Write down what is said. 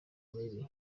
mibi